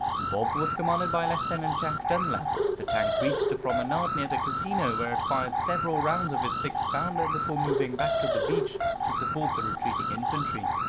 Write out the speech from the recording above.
bob was commanded by lieutenant and and jack dunlap. the tank reached the promenade near the casino where it fired several rounds of its six pounder before moving back to the beach to support the retreating infantry.